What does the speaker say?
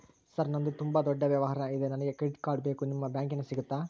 Sir ನಂದು ತುಂಬಾ ದೊಡ್ಡ ವ್ಯವಹಾರ ಇದೆ ನನಗೆ ಕ್ರೆಡಿಟ್ ಕಾರ್ಡ್ ಬೇಕು ನಿಮ್ಮ ಬ್ಯಾಂಕಿನ್ಯಾಗ ಸಿಗುತ್ತಾ?